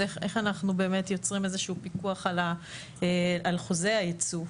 אז איך אנחנו באמת יוצרים איזשהו פיקוח על חוזי הייצוא?